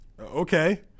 Okay